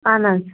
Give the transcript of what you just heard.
اہن حظ